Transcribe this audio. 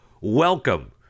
Welcome